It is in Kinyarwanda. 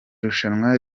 rushanwa